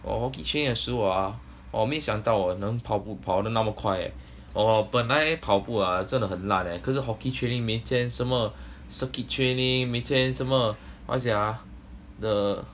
我 hockey training 的 shoe ah 我没想到我能跑步跑得那么快 eh 我本来跑步 ah 真的很烂 eh 可是 hockey 每天什 circuit training 每天什么 what is that ah